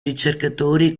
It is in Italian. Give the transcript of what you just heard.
ricercatori